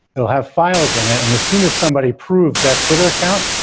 it'll have files in it and as soon as somebody proves that twitter account,